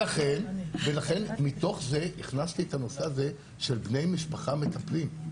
לכן מתוך זה הכנסתי את הנושא הזה של בני משפחה מטפלים,